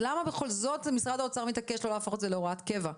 אז למה בכל זאת משרד האוצר מתעקש לא להפוך את זה להוראת קבע?